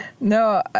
No